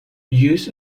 use